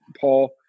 Paul